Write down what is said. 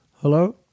Hello